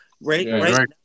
right